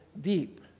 deep